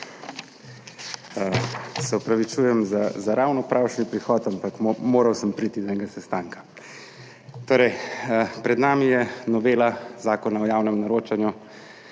Se opravičujem za ravno pravšnji prihod, ampak moral sem priti iz enega sestanka. Torej, pred nami je novela Zakona o javnem naročanju